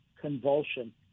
convulsion